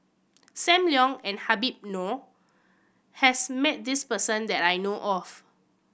Sam Leong and Habib Noh has met this person that I know of